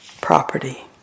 property